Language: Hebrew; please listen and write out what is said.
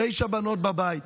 תשע בנות בבית.